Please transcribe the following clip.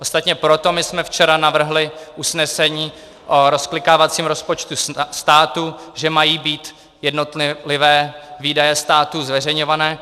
Ostatně proto my jsme včera navrhli usnesení o rozklikávacím rozpočtu státu, že mají být jednotlivé výdaje státu zveřejňovány.